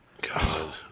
God